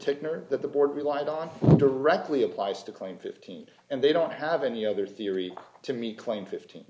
aken or that the board relied on directly applies to claim fifteen and they don't have any other theory to me claim fifteen